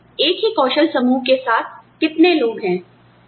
आपके जैसे एक ही कौशल समूह के साथ कितने लोग हैं